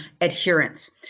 adherence